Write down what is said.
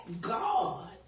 God